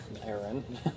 Aaron